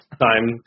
time